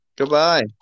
Goodbye